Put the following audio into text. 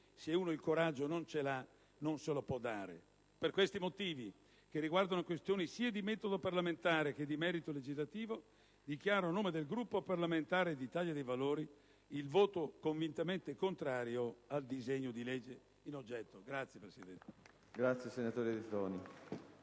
«Se uno il coraggio non ce l'ha, non se lo può dare». Per questi motivi, che riguardano questioni sia di metodo parlamentare che di merito legislativo, dichiaro, a nome del Gruppo parlamentare Italia dei Valori, il voto convintamente contrario al disegno di legge in oggetto. *(Applausi